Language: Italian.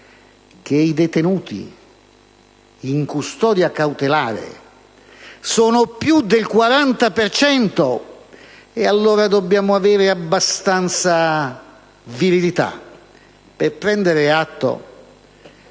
che i detenuti in custodia cautelare sono più del 40 per cento. Ed allora dobbiamo avere abbastanza virilità nel prendere atto